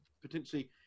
potentially